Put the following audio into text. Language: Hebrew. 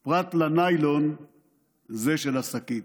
/ פרט לניילון זה של השקית.